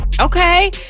Okay